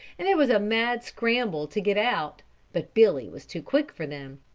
and there was a mad scramble to get out but billy was too quick for them.